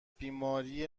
بیماری